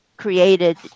created